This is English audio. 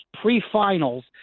pre-finals